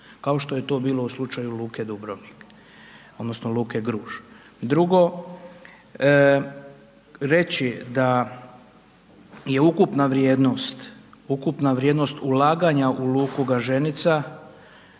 kao što je to bilo u slučaju luke Dubrovnik, odnosno luke Gruž. Drugo, reći da je ukupna vrijednost ulaganja u luku Gaženica